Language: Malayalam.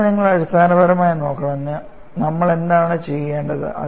അതിനാൽ നിങ്ങൾ അടിസ്ഥാനപരമായി നോക്കണം നമ്മൾ എന്താണ് ചെയ്യേണ്ടത്